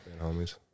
homies